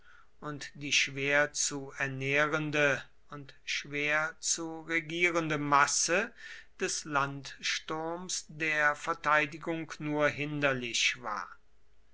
und die schwer zu ernährende und schwer zu regierende masse des landsturms der verteidigung nur hinderlich war